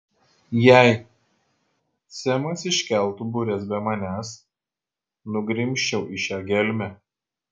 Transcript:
jei semas iškeltų bures be manęs nugrimzčiau į šią gelmę